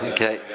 Okay